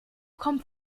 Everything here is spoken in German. kommt